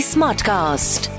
Smartcast